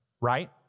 right